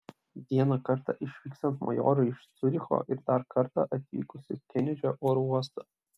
vieną kartą išvykstant majorui iš ciuricho ir dar kartą atvykus į kenedžio oro uostą